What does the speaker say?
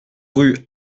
rue